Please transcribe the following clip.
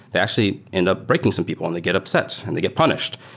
they actually end up breaking some people and they get upset and they get punished.